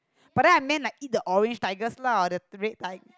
but then I meant like eat the orange tigers lah the red type